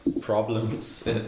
problems